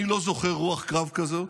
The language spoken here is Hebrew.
אני לא זוכר רוח קרב כזאת,